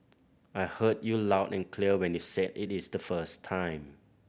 I heard you loud and clear when you said it is the first time